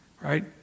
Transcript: Right